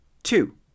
two